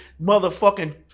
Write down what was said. motherfucking